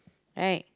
right